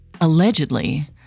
Allegedly